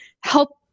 help